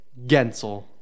Gensel